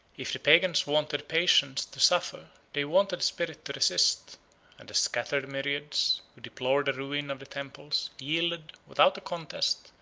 if the pagans wanted patience to suffer they wanted spirit to resist and the scattered myriads, who deplored the ruin of the temples, yielded, without a contest,